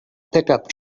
pickup